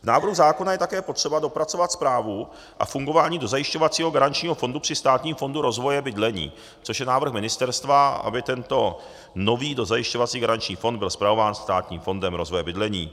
K návrhu zákona je také potřeba dopracovat správu a fungování dozajišťovacího garančního fondu při Státním fondu rozvoje bydlení, což je návrh ministerstva, aby tento nový dozajišťovací garanční fond byl spravován Státním fondem rozvoje bydlení.